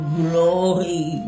glory